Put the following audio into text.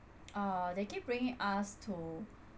uh they keep bringing us to